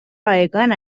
رایگان